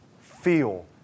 feel